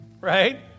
Right